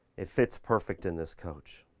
it fits perfect in this coach.